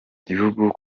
gihugu